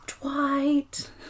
Dwight